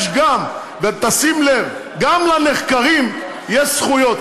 יש גם, ותשים לב, גם לנחקרים יש זכויות.